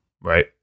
right